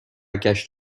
گشت